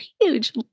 huge